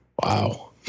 Wow